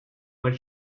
but